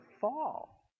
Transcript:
fall